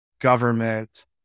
government